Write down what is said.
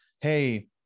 hey